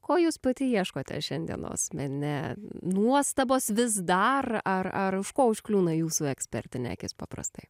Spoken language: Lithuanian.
ko jūs pati ieškote šiandienos mene nuostabos vis dar ar ar už ko užkliūna jūsų ekspertinė akis paprastai